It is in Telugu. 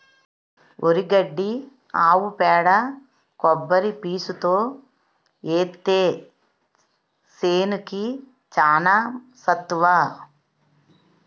వరి గడ్డి ఆవు పేడ కొబ్బరి పీసుతో ఏత్తే సేనుకి చానా సత్తువ